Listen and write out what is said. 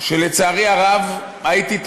שלצערי הרב, הייתי תמים,